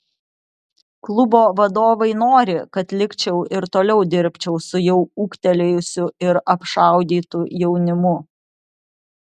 klubo vadovai nori kad likčiau ir toliau dirbčiau su jau ūgtelėjusiu ir apšaudytu jaunimu